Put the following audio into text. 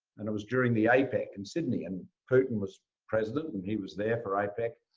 and it was during the apec in sydney and putin was president, and he was there for apec.